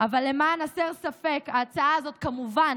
אבל למען הסר ספק, ההצעה הזאת כמובן